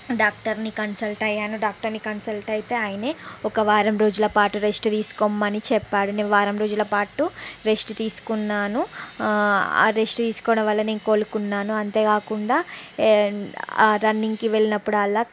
డాక్టర్ని కన్సల్ట్ అయ్యాను డాక్టర్ని కన్సల్ట్ అయితే ఆయనే ఒక వారం రోజుల పాటు రెస్ట్ తీసుకొమ్మని చెప్పాడు నేను వారం రోజుల పాటు రెస్ట్ తీసుకున్నాను రెస్ట్ తీసుకోవడం వల్ల నేను కోలుకున్నాను అంతేకాకుండా రన్నింగ్కి వెళ్ళినప్పుడు అలా